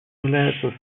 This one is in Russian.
являются